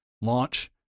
launch